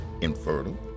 infertile